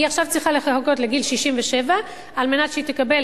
עכשיו היא צריכה לחכות לגיל 67 כדי לקבל